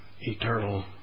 eternal